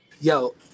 Yo